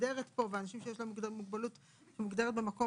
שמוגדרת פה ואנשים שיש להם מוגבלות שמוגדרת במקום